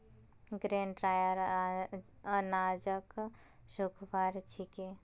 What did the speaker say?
grain dryer अनाजक सुखव्वार छिके